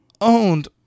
owned